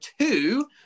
two